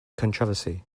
controversy